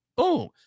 Boom